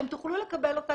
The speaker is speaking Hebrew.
אתן תוכלו לקבל אותה,